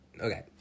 Okay